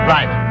Right